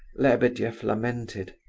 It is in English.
lebedeff lamented.